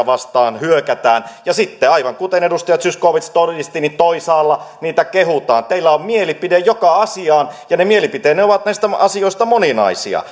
vastaan hyökätään ja sitten aivan kuten edustaja zyskowicz todisti toisaalla niitä kehutaan teillä on mielipide joka asiaan ja ne mielipiteenne näistä asioista ovat moninaisia